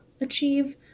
achieve